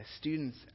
students